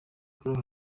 paul